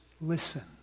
listen